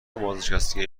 بازنشستگی